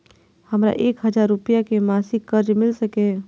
हमरा एक हजार रुपया के मासिक कर्ज मिल सकिय?